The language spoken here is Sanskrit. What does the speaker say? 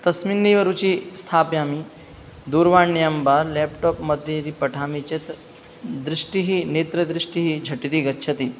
तस्मिन्नेव रुचिं स्थापयामि दूरवाण्यां वा लेप्टाप् मध्ये यदि पठामि चेत् दृष्टिः नेत्रदृष्टिः झटिति गच्छति